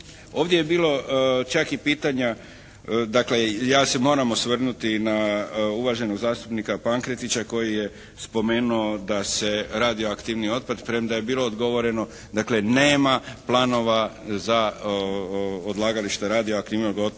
Ovdje je bilo čak i pitanja dakle ja se moram osvrnuti na uvaženog zastupnika Pankretića koji je spomenuo da se radioaktivni otpad, premda je bilo odgovoreno. Dakle, nema planova za odlagalište radioaktivnog otpada